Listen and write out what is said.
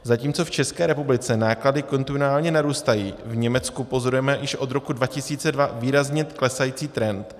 Zatímco v České republice náklady kontinuálně narůstají, v Německu pozorujeme již od roku 2002 výrazně klesající trend.